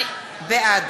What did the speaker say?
בעד